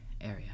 area